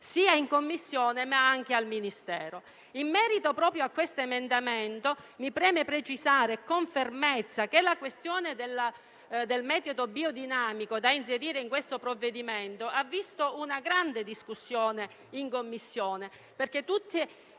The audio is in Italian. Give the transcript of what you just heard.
sia in Commissione che anche al Ministero. In merito proprio a questo emendamento, mi preme precisare con fermezza che la questione del metodo biodinamico da inserire in questo provvedimento ha visto una grande discussione in Commissione, perché tutti